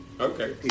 Okay